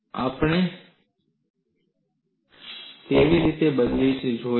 અને આપણે તેને કેવી રીતે બદલવું તે પણ જોઈશું